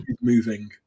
moving